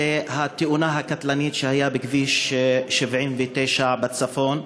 זה התאונה הקטלנית שהייתה בכביש 79 בצפון,